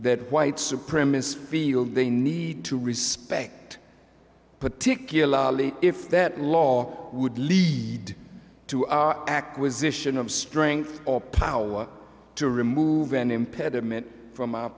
that white supremacist feel they need to respect particularly if that law would lead to an acquisition of strength or power to remove an impediment from a